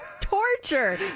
torture